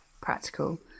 practical